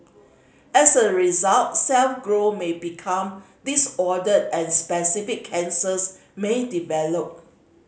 as a result cell growth may become disordered and specific cancers may develop